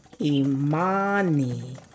imani